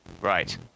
Right